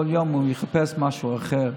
כל יום הוא מחפש משהו אחר: